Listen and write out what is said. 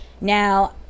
now